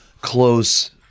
close